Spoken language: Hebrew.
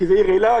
כי זו העיר אילת,